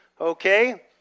Okay